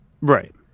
Right